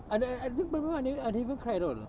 I err I think primary one I didn't I didn't even cry at all